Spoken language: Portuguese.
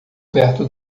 perto